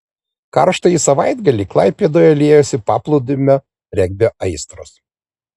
karštąjį savaitgalį klaipėdoje liejosi paplūdimio regbio aistros